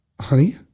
Honey